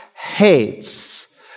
hates